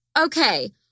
Okay